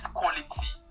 quality